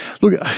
Look